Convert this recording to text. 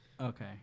Okay